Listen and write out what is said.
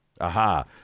aha